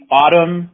autumn